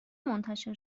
منتشر